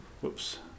Whoops